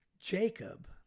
Jacob